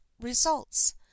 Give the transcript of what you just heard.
results